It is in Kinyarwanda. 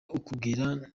ukubwira